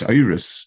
iris